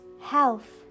health